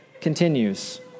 continues